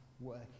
working